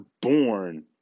born